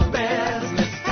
business